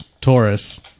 Taurus